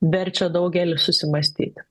verčia daugelį susimąstyti